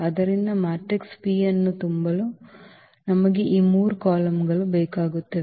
ಆದ್ದರಿಂದ matrix P ಅನ್ನು ತುಂಬಲು ನಮಗೆ ಈ 3 ಕಾಲಮ್ಗಳು ಬೇಕಾಗುತ್ತವೆ